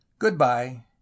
Goodbye